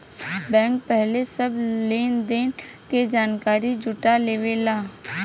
bank पहिले सब लेन देन के जानकारी जुटा लेवेला